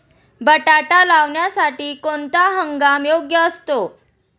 बटाटा लावण्यासाठी कोणता हंगाम योग्य असतो?